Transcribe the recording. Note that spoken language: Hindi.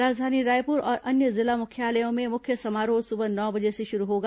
राजधानी रायपुर और अन्य जिला मुख्यालयों में मुख्य समारोह सुबह नौ बजे से शुरू होगा